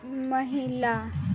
महिला